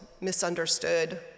misunderstood